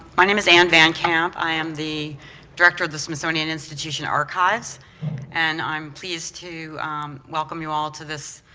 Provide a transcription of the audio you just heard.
my name is anne van camp, i am the director of the smithsonian institution archives and i'm pleased to welcome you all to this